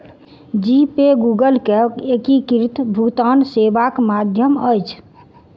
जी pay Google के एकीकृत भुगतान सेवाक माध्यम अछि